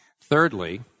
Thirdly